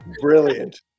brilliant